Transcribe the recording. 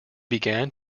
began